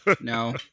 no